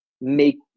make